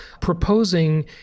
proposing